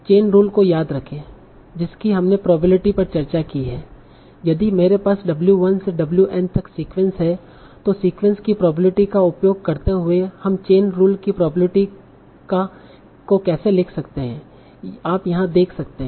chain rule को याद रखें जिसकी हमने प्रोबेबिलिटी पर चर्चा की है यदि मेरे पास w1 से wN तक सीक्वेंस है तो सीक्वेंस की प्रोबेबिलिटी का उपयोग करते हुए हम चेन रूल की प्रोबेबिलिटी का कैसे लिख सकते हैं आप यहाँ देख सकते है